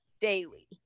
daily